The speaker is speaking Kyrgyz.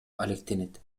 алектенет